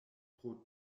pro